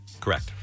Correct